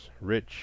rich